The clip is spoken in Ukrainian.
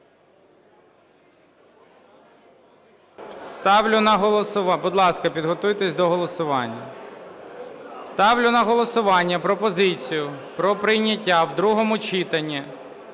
Ставлю на голосування пропозицію про прийняття в другому читанні